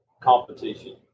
competition